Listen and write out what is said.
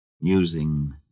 Musing